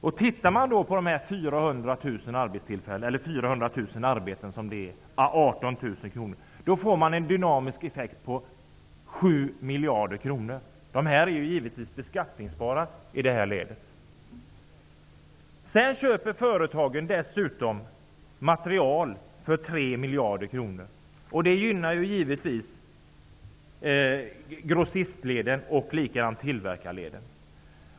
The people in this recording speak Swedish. Om man ser på dessa 400 000 arbetstillfällen à 18 000 kr, får man en dynamisk effekt på 7 miljarder kronor, som givetvis är beskattningsbara i det här ledet. Dessutom köper företaget material för 3 miljarder kronor. Detta gynnar naturligtvis grossist och tillverkarleden.